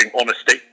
honesty